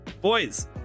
Boys